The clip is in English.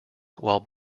while